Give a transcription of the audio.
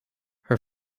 her